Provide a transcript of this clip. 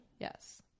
Yes